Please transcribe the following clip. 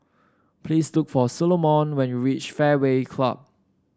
please look for Solomon when you reach Fairway Club